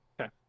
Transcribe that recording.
Okay